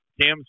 Cam